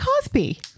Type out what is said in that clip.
Cosby